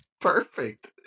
perfect